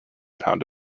pound